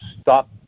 stop